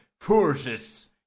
forces